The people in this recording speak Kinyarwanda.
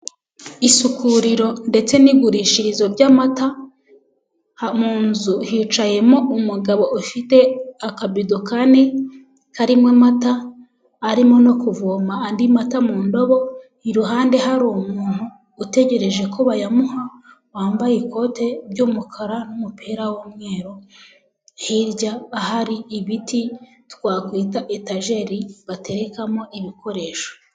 Isukuririro ndetse n'igurishirizo by'amata, mu nzu hicayemo umugabo ufite akabido k'ane karimo amata, arimo no kuvoma andi mata mu ndobo, iruhande hari umuntu utegereje ko bayamuha, wambaye ikote ry'umukara n'umupira w'umweru, hirya ahari ibiti twakwita etajeri baterekamo ibikoresho.